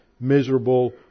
miserable